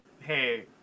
hey